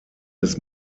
des